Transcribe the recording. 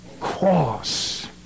cross